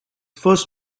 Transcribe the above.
first